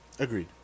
Agreed